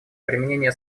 применение